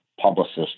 publicist